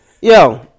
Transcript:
Yo